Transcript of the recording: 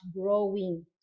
growing